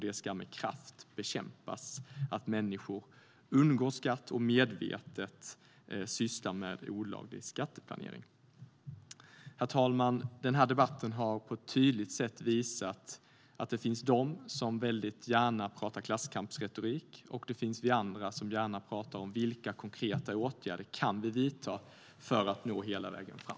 Det ska med kraft bekämpas att människor undgår skatt och medvetet sysslar med olaglig skatteplanering. Herr talman! Debatten har på ett tydligt sätt visat att det finns de som väldigt gärna pratar klasskampsretorik och att det finns vi andra, som gärna pratar om vilka konkreta åtgärder vi kan vidta för att nå hela vägen fram.